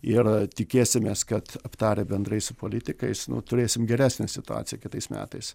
ir tikėsimės kad aptarę bendrai su politikais turėsim geresnę situaciją kitais metais